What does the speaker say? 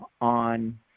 on